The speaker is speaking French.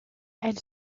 elle